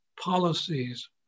policies